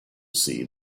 see